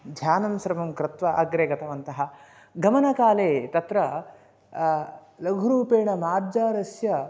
ध्यानं सर्वं कृत्वा अग्रे गतवन्तः गमनकाले तत्र लघुरूपेण मार्जारस्य